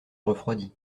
refroidit